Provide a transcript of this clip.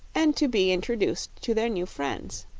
and to be introduced to their new friends.